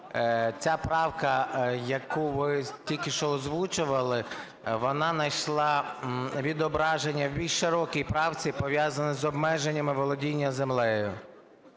ця правка, яку ви тільки що озвучували, вона найшла відображення в більш широкій правці, пов'язаній з обмеженнями володінням землею.